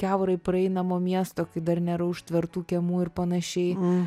kiaurai praeinamo miesto kai dar nėra užtvertų kiemų ir panašiai